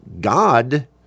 God